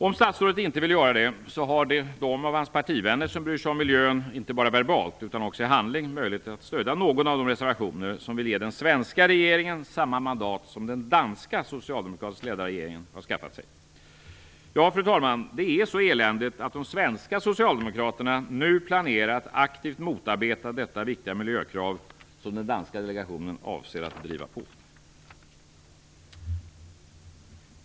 Om statsrådet inte vill göra det har de av hans partivänner som bryr sig om miljön inte bara verbalt utan också i handling möjlighet att stödja någon av de reservationer som vill ge den svenska regeringen samma mandat som den danska socialdemokratiskt ledda regeringen har skaffat sig, Ja, fru talman, det är så eländigt att de svenska socialdemokraterna nu planerar att aktivt motarbeta detta viktiga miljökrav som den danska delegationen avser att driva.